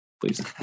please